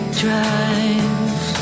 drive